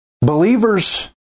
Believers